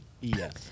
Yes